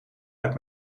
uit